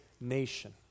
nation